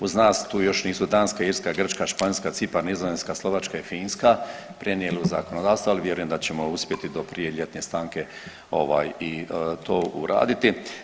Uz nas tu još nisu Danska, Irska, Grčka, Španjolska, Cipar, Nizozemska, Slovačka i Finska prenijeli u zakonodavstvo, ali vjerujem da ćemo uspjeti do prije ljetne stanke i to uraditi.